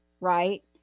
right